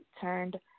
turned